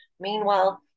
Meanwhile